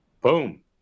boom